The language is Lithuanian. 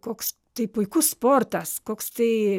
koks tai puikus sportas koks tai